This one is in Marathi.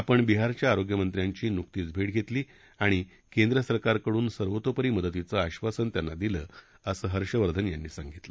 आपण बिहारच्या आरोग्यमंत्र्यांशी नुकतीच भेट घेतली आणि केंद्रसरकारकडून सर्वतोपरी मदतीचं आधासन त्यांना दिलं असं हर्षवर्धन यांनी सांगितलं